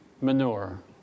manure